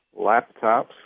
laptops